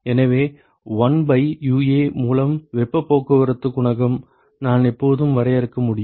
எனவே 1 by UA மூலம் வெப்பப் போக்குவரத்து குணகம் நான் எப்போதும் வரையறுக்க முடியும்